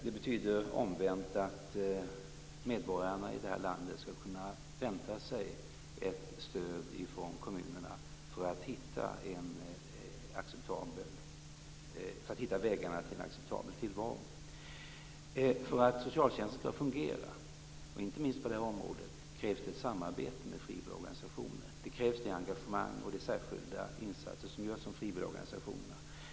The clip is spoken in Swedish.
Det betyder omvänt att medborgarna i det här landet skall kunna vänta sig ett stöd från kommunerna för att hitta vägarna till en acceptabel tillvaro. För att socialtjänsten skall fungera, inte minst på detta område, krävs det ett samarbete med frivilligorganisationerna. Det krävs det engagemang och de särskilda insatser som görs från frivilligorganisationerna.